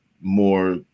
more